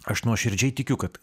aš nuoširdžiai tikiu kad